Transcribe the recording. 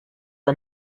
are